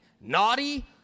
Naughty